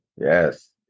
Yes